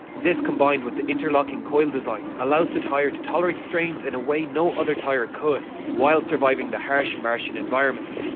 this combined with the interlocking coil design allows the tyre to tolerate strains in a way no other tyre could, while surviving the harsh martian environment.